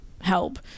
help